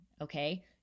okay